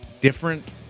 different